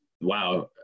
wow